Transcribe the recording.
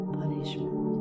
punishment